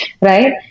right